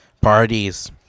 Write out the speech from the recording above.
Parties